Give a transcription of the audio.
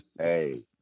Hey